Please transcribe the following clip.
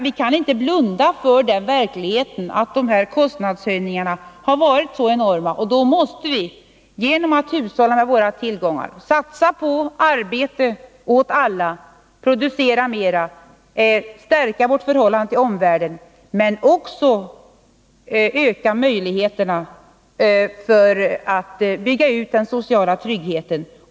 Vi kan inte blunda för verkligheten att dessa kostnadshöjningar varit så enorma. Därför måste vi genom att hushålla med våra tillgångar satsa på arbete åt alla, producera mera och stärka vårt förhållande till omvärlden, men också öka möjligheterna att bygga ut den sociala tryggheten.